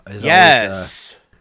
Yes